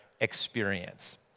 experience